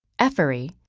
ephyrae,